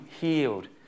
healed